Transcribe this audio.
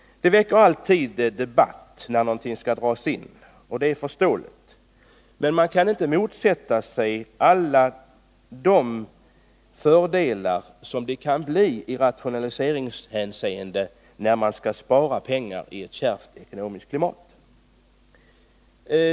Det väcker emellertid alltid debatt, när någonting skall dras in, och det är förståeligt. Men man kan inte motsätta sig åtgärden och bortse från alla fördelar i rationaliseringshänseende, när det skall sparas pengar i ett kärvt ekonomiskt klimat.